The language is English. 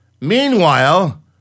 Meanwhile